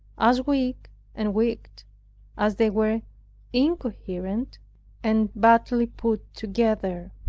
as weak and wicked as they were incoherent and badly put together.